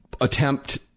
attempt